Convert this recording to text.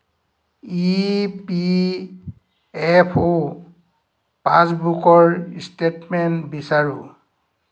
ই P F অ' পাছবুকৰ statement বিচাৰোঁ